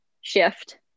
shift